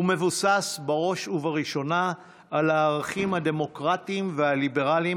הוא מבוסס בראש ובראשונה על הערכים הדמוקרטיים והליברליים